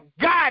God